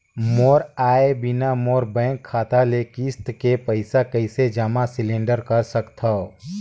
मोर आय बिना मोर बैंक खाता ले किस्त के पईसा कइसे जमा सिलेंडर सकथव?